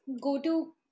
go-to